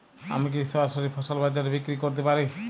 আমি কি সরাসরি ফসল বাজারে বিক্রি করতে পারি?